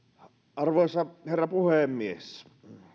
arvoisa herra puhemies